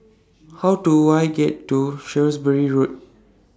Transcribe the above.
How Do I get to Shrewsbury Road